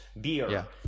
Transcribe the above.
Beer